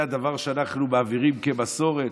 זה הדבר שאנחנו מעבירים כמסורת.